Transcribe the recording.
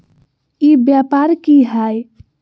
ई व्यापार की हाय?